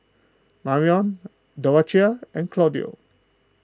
Marrion Dorathea and Claudio